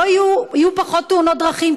יהיו פחות תאונות דרכים,